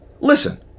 Listen